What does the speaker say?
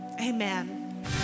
amen